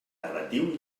narratiu